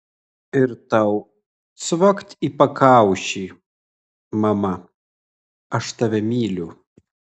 ir tau cvakt į pakaušį mama aš tave myliu